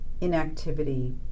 inactivity